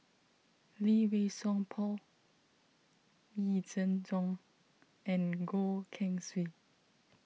Lee Wei Song Paul Yee Jenn Jong and Goh Keng Swee